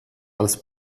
als